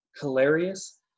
hilarious